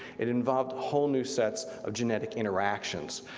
it involved whole new sets of genetic interactions,